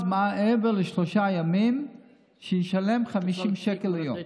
מעבר לשלושה ימים לשלם 50 שקלים ליום.